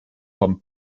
vom